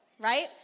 right